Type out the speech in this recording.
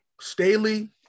Staley